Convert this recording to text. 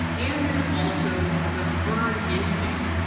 and there's also the herd instinct,